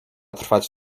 trwać